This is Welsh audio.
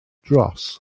dros